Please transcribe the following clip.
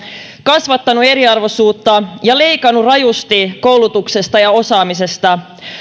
kasvattanut eriarvoisuutta ja leikannut rajusti koulutuksesta ja osaamisesta